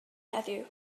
heddiw